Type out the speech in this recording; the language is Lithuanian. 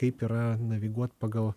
kaip yra naviguot pagal